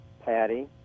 Patty